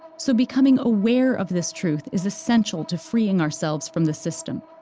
so becoming aware of this truth is essential to freeing ourselves from the system.